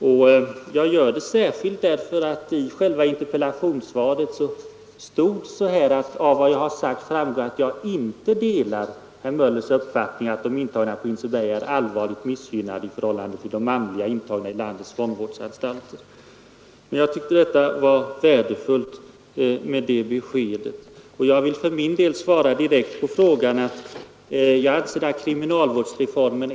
Och det gör jag särskilt därför att det i interpellationssvaret står: ”Av vad jag har sagt framgår att jag inte delar herr Möllers uppfattning att de intagna på Hinseberg är allvarligt missgynnade i förhållande till de manliga intagna i landets fångvårdsanstalter.” Jag tycker därför att det var värdefullt med det besked som justitieministern nu lämnade. Sedan vill jag svara direkt på justitieministerns fråga om kriminalvårdsreformen.